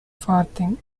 farthing